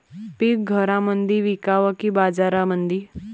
पीक घरामंदी विकावं की बाजारामंदी?